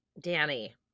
Danny